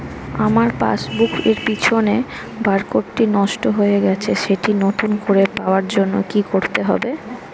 আমার পাসবুক এর পিছনে বারকোডটি নষ্ট হয়ে গেছে সেটি নতুন করে পাওয়ার জন্য কি করতে হবে?